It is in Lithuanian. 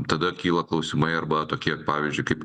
tada kyla klausimai arba tokie pavyzdžiui kaip